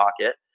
pocket